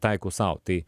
taikau sau tai